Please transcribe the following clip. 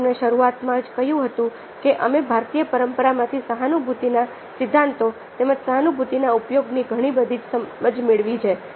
મેં તમને શરૂઆતમાં જ કહ્યું હતું કે અમે ભારતીય પરંપરામાંથી સહાનુભૂતિના સિદ્ધાંતો તેમજ સહાનુભૂતિના ઉપયોગની ઘણી બધી સમજ મેળવી છે